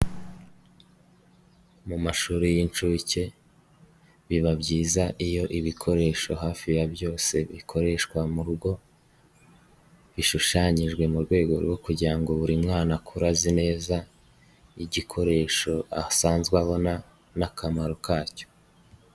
Mu mashuri y'incuke, biba byiza iyo ibikoresho hafi ya byose bikoreshwa mu rugo, bishushanyijwe mu rwego rwo kugira ngo buri mwana akora azi neza, igikoresho asanzwe abona n'akamaro kacyo.